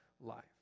life